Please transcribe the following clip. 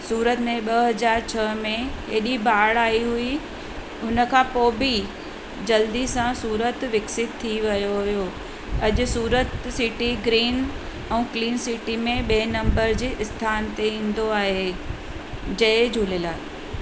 सूरत में ॿ हज़ार छह में एॾी बाढ़ आई हुई हुनखां पोइ बि जल्दी सां सूरत विकसित थी वियो हुयो अॼु सूरत सिटी ग्रीन ऐं क्लीन सिटी में ॿिएं नंबर जी स्थान ते ईंदो आहे जय झूलेलाल